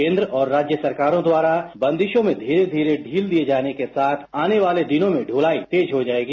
केंद्र और राज्य सरकारों द्वारा बंदिशों में धीरे धीरे ढील दिये जाने के साथ आने वाले दिनों में दुलाई तेज हो जाएगी